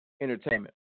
Entertainment